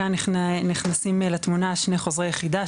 כאן נכנסים לתמונה שני חוזרי יחידה,